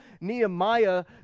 Nehemiah